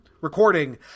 recording